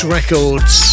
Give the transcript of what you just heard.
Records